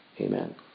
Amen